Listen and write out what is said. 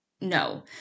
no